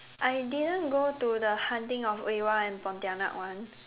I didn't go to the Haunting of Oiwa and pontianak one